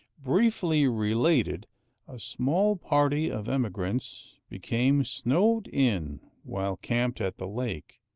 briefly related a small party of emigrants became snowed in while camped at the lake,